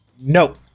Nope